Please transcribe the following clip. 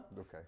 Okay